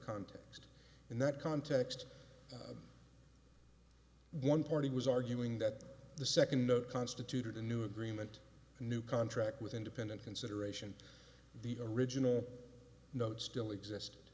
context in that context one party was arguing that the second note constituted a new agreement a new contract with independent consideration the original notes still